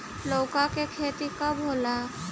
लौका के खेती कब होला?